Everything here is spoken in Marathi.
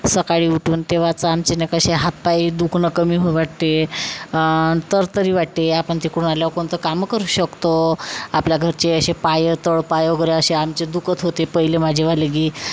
सकाळी उठून तेव्हाचं आमचे ना कसे हातपाय दुखणं कमी होवं वाटते तरतरी वाटते आपण तिकडून आल्यावर कोणतं कामं करू शकतो आपल्या घरचे असे पाय तळपाय वगैरे असे आमचे दुखत होते पहिले माझेवालेगी